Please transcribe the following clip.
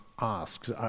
Asks